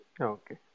okay